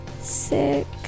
Six